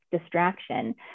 distraction